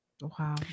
wow